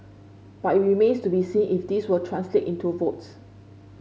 but it remains to be seen if this will translate into votes